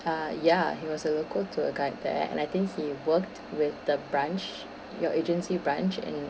uh ya he was a local tour guide there and I think he worked with the branch your agency branch in